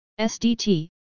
SDT